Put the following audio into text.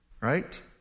Right